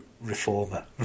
reformer